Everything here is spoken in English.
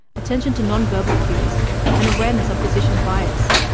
attention to nonverbal cues and awareness of physician bias.